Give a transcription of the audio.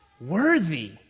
worthy